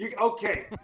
Okay